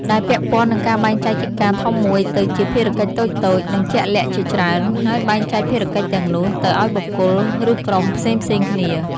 ដែលពាក់ព័ន្ធនឹងការបែងចែកកិច្ចការធំមួយទៅជាភារកិច្ចតូចៗ និងជាក់លាក់ជាច្រើន ហើយបែងចែកភារកិច្ចទាំងនោះទៅឱ្យបុគ្គល ឬក្រុមផ្សេងៗគ្នា។